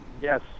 Yes